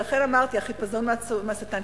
ולכן אמרתי החיפזון מהשטן,